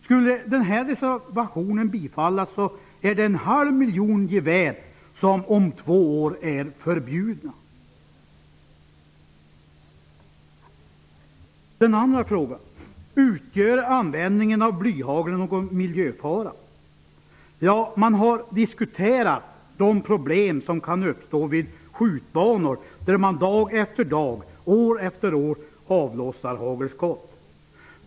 Skulle den här reservationen bifallas är det en halv miljon gevär som är förbjudna om två år. Sedan till den andra frågan: Utgör användningen av blyhagel någon miljöfara? Man har diskuterat de problem som kan uppstå vid skjutbanor, där det dag efter dag, år efter år, avlossas hagelskott.